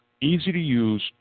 easy-to-use